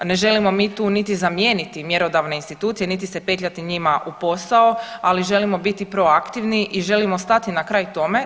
Ne želimo mi tu niti zamijeniti mjerodavne institucije, niti se petljati njima u posao, ali želimo biti proaktivni i želimo stati na kraj k tome.